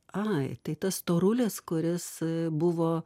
ai tai tas storulis kuris buvo